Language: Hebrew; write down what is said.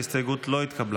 ההסתייגות לא התקבלה.